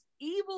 evil